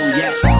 yes